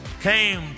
came